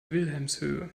wilhelmshöhe